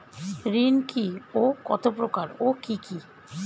ঋণ কি ও কত প্রকার ও কি কি?